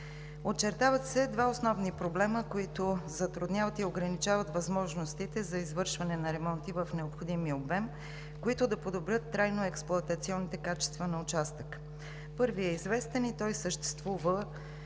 Очертават се два основни проблема, които затрудняват и ограничават възможностите за извършване на ремонти в необходимия обем, които да подобрят трайно експлоатационните качества на участъка. Първият е известен и той съществува